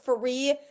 free